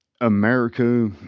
America